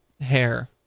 hair